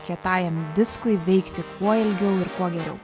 kietajam diskui veikti kuo ilgiau ir kuo geriau